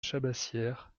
chabassière